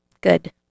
good